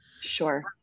Sure